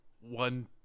One